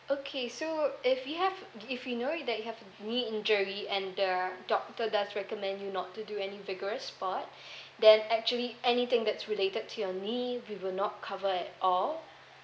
okay so if you have if you know you that you have knee injury and the doctor does recommend you not to do any vigorous sport then actually anything that's related to your knee we will not cover at all